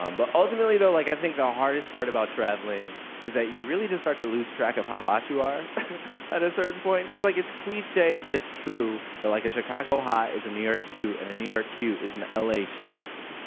um but ultimately though, like, i think the hardest part about traveling is that you really just start to lose track of how hot you are at a certain point cause like it's cliche but it's true, that, like, a chicago hot is a new york cute, and a new york cute is an l a. shunned.